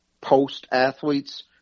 post-athletes